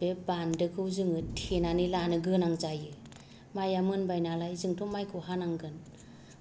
बे बान्दोखौ जोङो थेनानै लानो गोनां जायो माइआ मोनबाय नालाय जोंथ' माइखौ हानांगोन